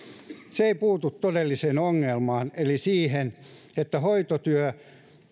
se ei puutu todelliseen ongelmaan eli siihen että hoitotyö